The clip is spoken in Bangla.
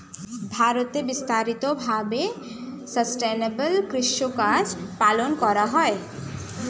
ভারতে বিস্তারিত ভাবে সাসটেইনেবল কৃষিকাজ পালন করা হয়